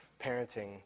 parenting